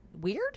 weird